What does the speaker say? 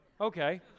Okay